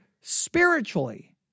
spiritually